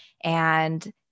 and-